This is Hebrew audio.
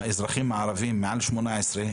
האזרחים הערביים מעל 18,